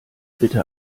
bitte